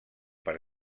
per